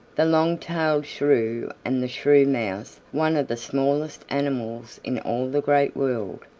the long-tailed shrew and the shrew mouse, one of the smallest animals in all the great world.